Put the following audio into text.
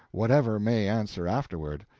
whatever may answer afterward.